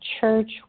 church